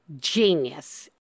genius